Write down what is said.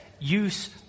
use